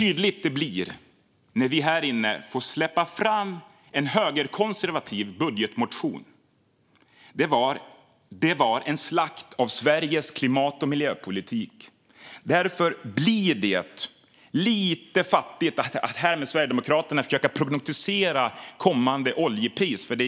När vi fick släppa fram en högerkonservativ budgetmotion blev det en tydlig slakt av Sveriges klimat och miljöpolitik. Därför blir det lite fattigt när Sverigedemokraterna ska försöka prognostisera kommande oljepris.